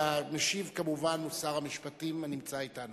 והמשיב הוא כמובן שר המשפטים, שנמצא אתנו.